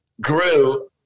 grew